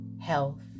health